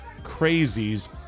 crazies